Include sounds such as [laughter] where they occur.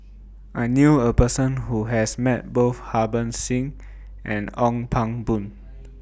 I knew A Person Who has Met Both Harbans Singh and Ong Pang Boon [noise]